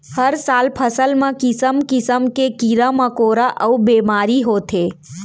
हर साल फसल म किसम किसम के कीरा मकोरा अउ बेमारी होथे